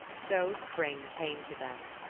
so spring came to them.